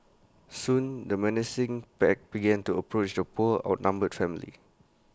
soon the menacing pack began to approach the poor outnumbered family